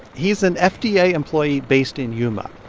he's an fda yeah employee based in yuma.